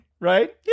right